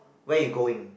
where you going